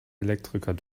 elektriker